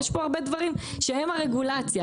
יש פה הרבה דברים שהם הרגולציה,